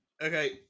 Okay